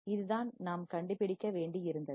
இதுதான் நாம் கண்டுபிடிக்க வேண்டியிருந்தது